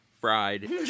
Fried